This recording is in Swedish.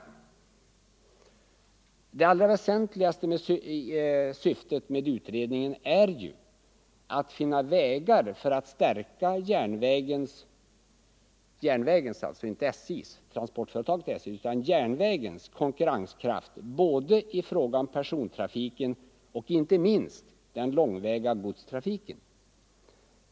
inom Kronobergs Det allra väsentligaste syftet med utredningen är ju att finna metoder = län för att stärka järnvägens — alltså inte trafikföretaget SJ:s — konkurrenskraft i fråga om både persontrafiken och, inte minst, den långväga godstrafiken.